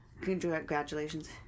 congratulations